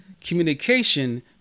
Communication